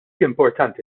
importanti